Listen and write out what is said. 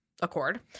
accord